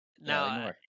now